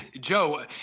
Joe